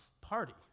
party